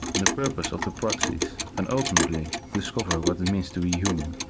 and the purpose of the proxies and ultimately, discover what it means to be human.